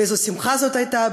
ואיזו שמחה זאת הייתה,